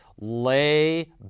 lay